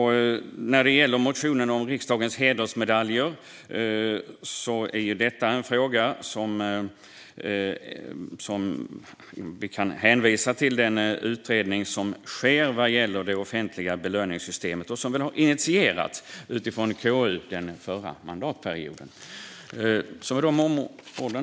När det gäller motionen om riksdagens hedersmedaljer kan vi hänvisa till den utredning som sker vad gäller det offentliga belöningssystemet och som initierades av KU under den förra mandatperioden.